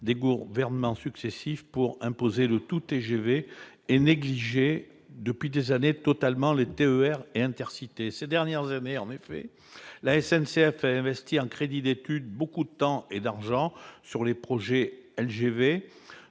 des gouvernements successifs pour imposer le tout-TGV et négliger totalement, depuis des années, les TER et Intercités ? Ces dernières années, en effet, la SNCF a investi en crédits d'études beaucoup de temps et d'argent sur des projets de LGV,